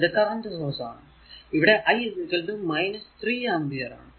ഇത് current source ആണ് ഇവിടെ I 3 ആമ്പിയർ ആണ്